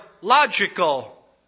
logical